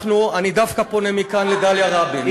אני דווקא פונה מכאן לדליה רבין,